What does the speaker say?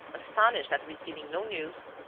astonished at receiving no news,